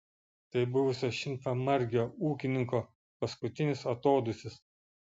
tai buvusio šimtamargio ūkininko paskutinis atodūsis